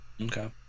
okay